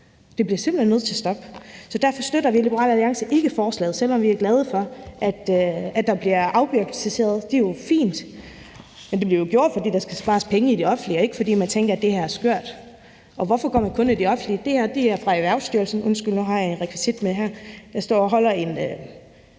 Det bliver simpelt hen nødt til at stoppe. Så derfor støtter vi i Liberal Alliance ikke forslaget, selv om vi er glade for, at der bliver afbureaukratiseret. Det er jo fint. Men det bliver gjort, fordi der skal spares penge i det offentlige, og ikke, fordi man tænker, at det her er skørt. Og hvorfor går man kun i det offentlige? Det her er fra Erhvervsstyrelsen – ja, undskyld, nu har jeg en rekvisit med her: Jeg står og holder en